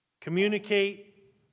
communicate